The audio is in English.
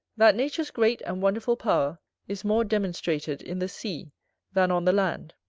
that nature's great and wonderful power is more demonstrated in the sea than on the land.